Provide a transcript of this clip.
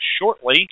shortly